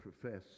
profess